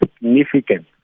significant